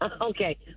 Okay